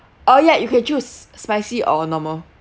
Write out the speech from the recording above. oh ya you can choose spicy or normal